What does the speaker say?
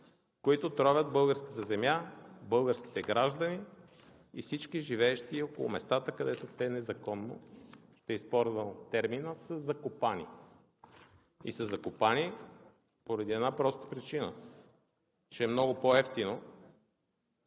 които тровят българската земя, българските граждани и всички, живеещи около местата, където те незаконно, ще използвам термина „са закопани“. И са закопани поради една проста причина, че е много по-евтино,